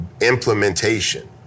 implementation